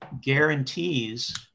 guarantees